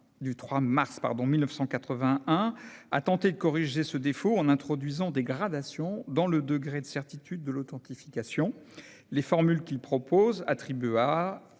décret Marcus, a tenté de corriger ce défaut en introduisant des gradations dans le degré de certitude de l'authentification. Les formules qu'il propose -« attribué